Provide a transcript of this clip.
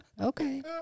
Okay